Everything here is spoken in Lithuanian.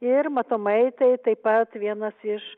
ir matomai tai taip pat vienas iš